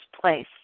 place